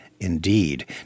Indeed